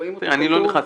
--- אני לא נכנס.